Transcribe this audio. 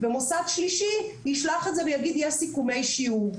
ומוסד שלישי יגיד שיש סיכומי שיעור.